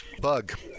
Bug